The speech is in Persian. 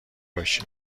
باشی